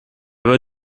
were